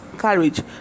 courage